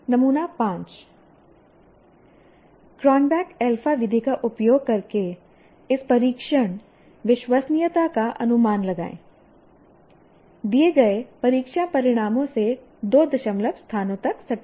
नमूना 5 Cronbach alpha विधि का उपयोग करके इस परीक्षण विश्वसनीयता का अनुमान लगाएं दिए गए परीक्षा परिणामों से दो दशमलव स्थानों तक सटीक